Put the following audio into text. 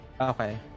Okay